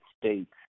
states